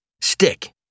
Stick